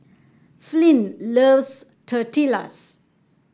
Flint loves Tortillas